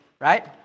right